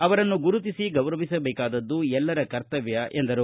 ಅವರನ್ನು ಗುರುತಿಸಿ ಗೌರವಿಸಬೇಕಾದ್ದು ಎಲ್ಲರ ಕರ್ತವ್ಯ ಎಂದರು